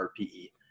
RPE